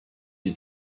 his